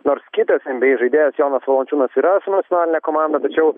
nors kitas nba žaidėjas jonas valančiūnas yra su nacionaline komanda bet čia jau